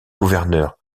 gouverneur